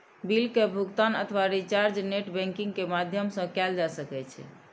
bill के भुगातन अथवा रिचार्ज नेट बैंकिंग के माध्यम सं कैल जा सकै छै